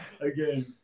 again